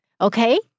Okay